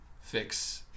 fix